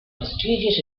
prestigious